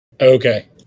Okay